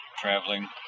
traveling